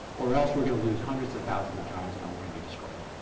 or else we're going to lose hundreds of thousands of jobs and um we're going to be destroyed.